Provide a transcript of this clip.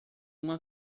uma